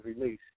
release